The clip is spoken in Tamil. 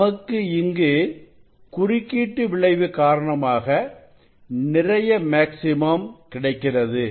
நமக்கு இங்கு குறுக்கீட்டு விளைவு காரணமாக நிறைய மேக்ஸிமம் கிடைக்கிறது